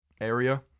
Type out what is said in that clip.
area